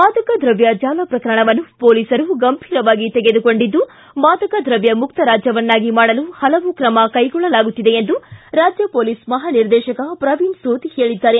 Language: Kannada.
ಮಾದಕ ದ್ರವ್ನ ಜಾಲ ಪ್ರಕರಣವನ್ನು ಪೊಲೀಸರು ಗಂಭೀರವಾಗಿ ತೆಗೆದುಕೊಂಡಿದ್ದು ಮಾದಕ ದ್ರವ್ನ ಮುಕ್ತ ರಾಜ್ಜವನ್ನಾಗಿ ಮಾಡಲು ಪಲವು ಕ್ರಮ ಕೈಗೊಳ್ಳಲಾಗುತ್ತಿದೆ ಎಂದು ರಾಜ್ಯ ಪೊಲೀಸ್ ಮಹಾ ನಿರ್ದೇಶಕ ಪ್ರವೀಣ್ ಸೂದ್ ಹೇಳಿದ್ದಾರೆ